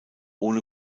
ohne